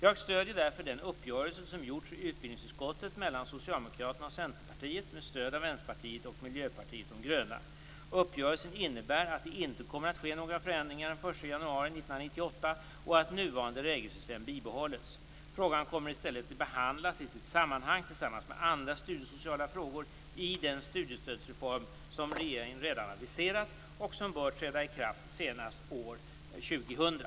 Jag stöder därför den uppgörelse som träffats i utbildningsutskottet mellan Socialdemokraterna och Centerpartiet, med stöd av Vänsterpartiet och Miljöpartiet de gröna. Uppgörelsen innebär att det inte kommer att ske några förändringar den 1 januari 1998 och att nuvarande regelsystem bibehålls. Frågan kommer i stället att behandlas i sitt sammanhang tillsammans med andra studiesociala frågor i den studiestödsreform som regeringen redan har aviserat och som bör träda i kraft senast år 2000.